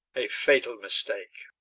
a fatal mistake.